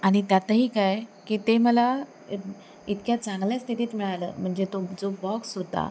आणि त्यातही काय की ते मला इतक्या चांगल्या स्थितीत मिळालं म्हणजे तो जो बॉक्स होता